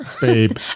Babe